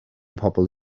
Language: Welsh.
pobl